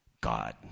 God